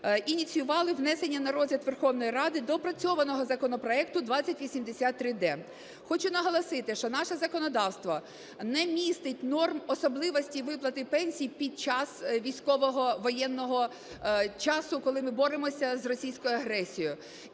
ініціювали внесення на розгляд Верховної Ради доопрацьованого законопроекту 2083-д. Хочу наголосити, що наше законодавство не містить норм особливості виплати пенсій під час військового воєнного часу, коли ми боремося з російською агресією.